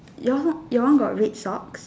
your your one got red socks